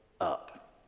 up